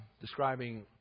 describing